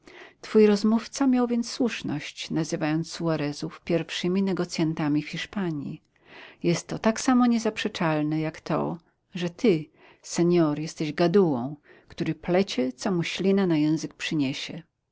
twój rozmówca miał więc słuszność nazywając suarezów pierwszymi negocjantami w hiszpanii jest to tak samo niezaprzeczalne jak to że ty senor jesteś gadułą który plecie co mu ślina na język przyniesie